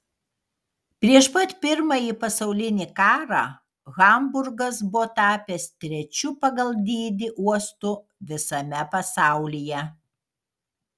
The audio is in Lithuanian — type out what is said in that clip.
prieš pat pirmąjį pasaulinį karą hamburgas buvo tapęs trečiu pagal dydį uostu visame pasaulyje